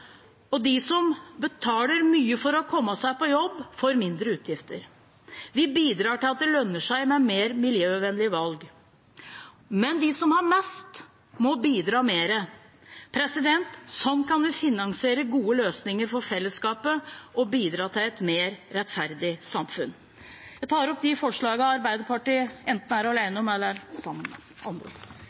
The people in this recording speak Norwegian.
forslag. De som betaler mye for å komme seg på jobb, får mindre utgifter. Vi bidrar til at det lønner seg med mer miljøvennlige valg. Men de som har mest, må bidra mer. Sånn kan vi finansiere gode løsninger for fellesskapet og bidra til et mer rettferdig samfunn. Jeg tar opp de forslagene Arbeiderpartiet enten er alene om eller er sammen med andre